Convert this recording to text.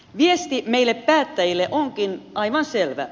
viesti meille päättäjille onkin aivan selvä